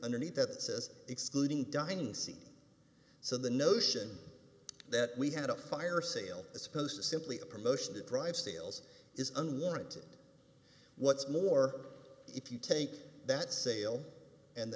underneath that says excluding dining scene so the notion that we had a fire sale as opposed to simply a promotion to drive sales is unwarranted what's more if you take that sale and the